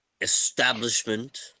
establishment